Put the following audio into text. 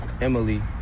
Emily